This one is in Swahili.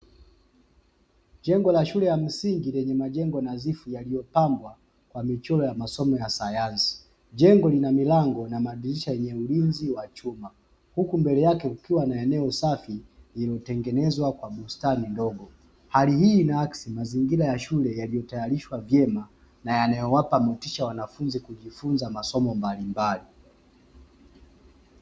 Jengo la shule ya msingi lenye majengo nadhifu yaliyopambwa kwa michoro ya masomo ya sayansi, jengo lina milango na madirisha yenye ulinzi wa chuma, huku mbele yake kukiwa na eneo safi lilotengenezwa kwa bustani mdogo, hali hii mazingira ya shule yaliyotayarishwa vyema na yanayowapa motisha wanafunzi kujifunza masomo mbalimbali.